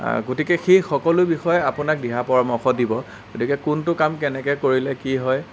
গতিকে সেই সকলো বিষয় আপোনাক দিহা পৰামৰ্শ দিব গতিকে কোনটো কাম কেনেকৈ কৰিলে কি হয়